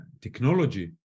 technology